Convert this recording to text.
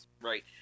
right